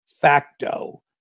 facto